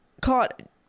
caught